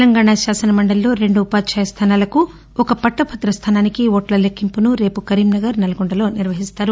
తెలంగాణా శాసనమండలిలో రెండు ఉపాధ్యాయ స్థానాలకు ఒక పట్లభదస్థానానికి ఓట్ల లెక్నింపును రేపు కరీంనగర్ నల్గొండలో నిర్వహిస్తారు